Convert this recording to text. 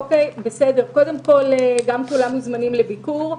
קודם כול, גם כולם מוזמנים לביקור.